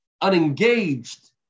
unengaged